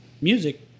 music